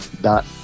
Dot